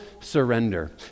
surrender